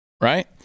right